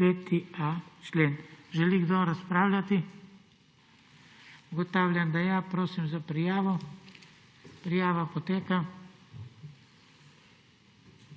5.a člen. Želi kdo razpravljati? Ugotavljam, da ja. Prosim za prijavo. Prijava poteka.